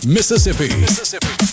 Mississippi